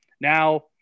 Now